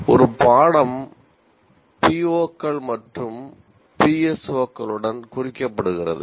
ஒரு பாடம் PO கள் மற்றும் PSO களுடன் குறிக்கப்படுகிறது